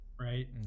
right